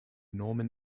norman